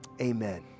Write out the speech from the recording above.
amen